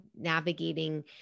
navigating